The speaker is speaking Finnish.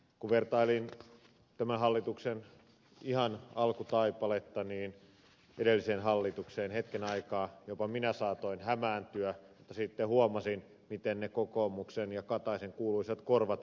kun vertailin tämän hallituksen ihan alkutaipaletta edelliseen hallitukseen niin hetken aikaa jopa minä saatoin hämääntyä mutta sitten huomasin miten ne kokoomuksen ja kataisen kuuluisat korvat heiluivat